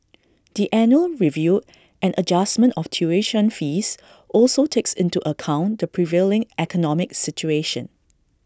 the annual review and adjustment of tuition fees also takes into account the prevailing economic situation